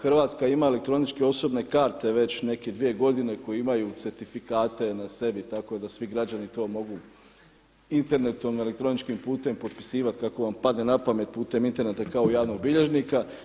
Hrvatska ima elektroničke osobne karte već neke 2 godine koje imaju certifikate na sebi i tako da svi građani to mogu internetom, elektroničkim putem potpisivati kako vam padne na pamet, putem interneta kao javnog bilježnika.